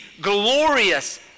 glorious